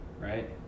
right